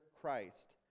Christ